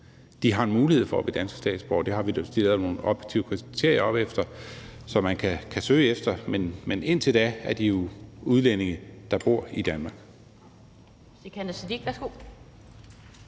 De har en mulighed for at blive danske statsborgere. Der har vi opstillet nogle objektive kriterier, som man kan søge på baggrund af. Men indtil da er de jo udlændinge, der bor i Danmark.